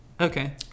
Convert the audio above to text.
okay